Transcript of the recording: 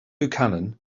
buchanan